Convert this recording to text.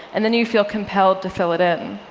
and then you feel compelled to fill it in.